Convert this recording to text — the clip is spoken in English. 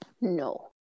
No